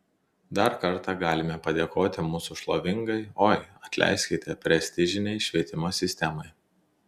dar kartą galime padėkoti mūsų šlovingai oi atleiskite prestižinei švietimo sistemai